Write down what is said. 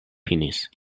finis